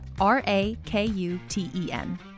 R-A-K-U-T-E-N